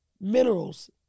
Minerals